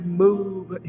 move